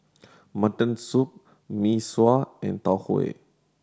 mutton soup Mee Sua and Tau Huay